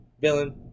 villain